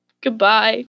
Goodbye